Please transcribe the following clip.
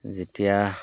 যেতিয়া